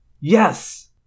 Yes